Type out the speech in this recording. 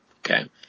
Okay